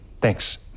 Thanks